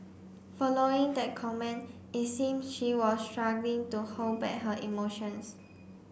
following that comment it seem she was struggling to hold back her emotions